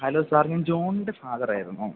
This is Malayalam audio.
ഹലോ സാർ ഞാൻ ജോണിൻ്റെ ഫാദർ ആയിരുന്നു